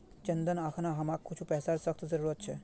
चंदन अखना हमाक कुछू पैसार सख्त जरूरत छ